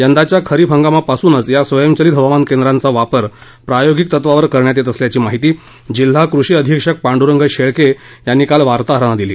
यंदाच्या खरीप हंगामापासूनच या स्वयंचलित हवामान केंद्राचा वापर प्रायोगिक तत्वावर करण्यात येत असल्याची माहिती जिल्हा कृषी अधीक्षक पांड्रंग शेळके यांनी काल वार्ताहरांना दिली